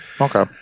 Okay